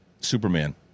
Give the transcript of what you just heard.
Superman